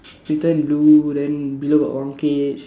written blue then below got one cage